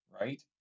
right